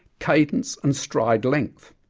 cadence and stride length.